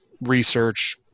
research